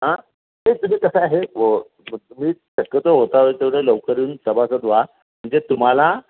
हां तेच तुम्ही कसं आहे व तुम्ही शकतो होता तेवढं लवकर येऊन सभासद व्हा म्हणजे तुम्हाला